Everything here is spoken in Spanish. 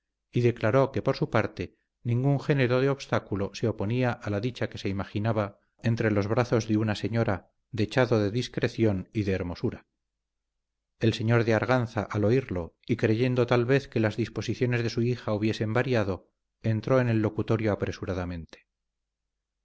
y declaró que por su parte ningún género de obstáculo se oponía a la dicha que se imaginaba entre los brazos de una señora dechado de discreción y de hermosura el señor de arganza al oírlo y creyendo tal vez que las disposiciones de su hija hubiesen variado entró en el locutorio apresuradamente